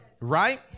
right